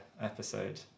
episode